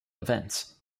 events